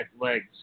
legs